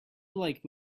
like